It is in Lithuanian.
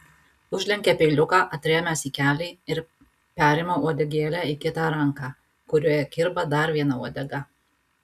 užlenkia peiliuką atrėmęs į kelį ir perima uodegėlę į kitą ranką kurioje kirba dar viena uodega